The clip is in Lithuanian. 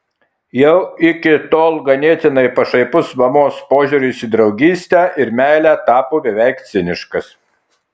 jau iki tol ganėtinai pašaipus mamos požiūris į draugystę ir meilę tapo beveik ciniškas